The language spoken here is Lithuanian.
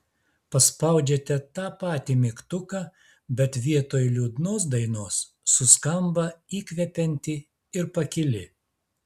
paspaudžiate tą patį mygtuką bet vietoj liūdnos dainos suskamba įkvepianti ir pakili